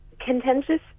contentious